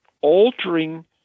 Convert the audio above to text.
altering